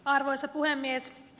arvoisa puhemies